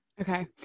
okay